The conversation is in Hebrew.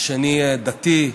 השני דתי,